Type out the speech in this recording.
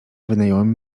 wynająłem